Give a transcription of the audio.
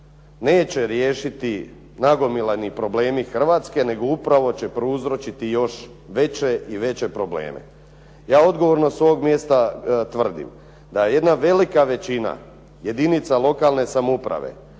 neće riješiti nagomilani problemi Hrvatske nego upravo će prouzročiti još veće i veće probleme. Ja odgovorno s ovog mjesta tvrdim da je jedna velika većina jedinica lokalne samouprave